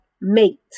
mate